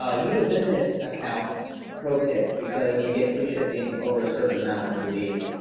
ah use a business account pro tip because you get free shipping over a certain amount i believe.